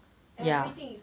ya